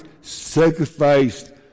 sacrificed